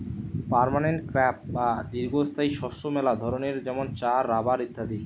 permanent crop বা দীর্ঘস্থায়ী শস্য মেলা ধরণের যেমন চা, রাবার ইত্যাদি